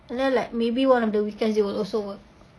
and then like maybe one of the weekends they will also work